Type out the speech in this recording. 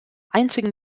einzigen